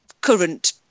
current